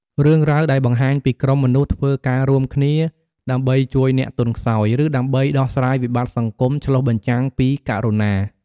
រឿងរ៉ាវដែលបង្ហាញពីក្រុមមនុស្សធ្វើការរួមគ្នាដើម្បីជួយអ្នកទន់ខ្សោយ ឬដើម្បីដោះស្រាយវិបត្តិសង្គម ឆ្លុះបញ្ចាំងពីករុណា។